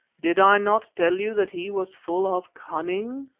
did i not tell you that he was full of cunning?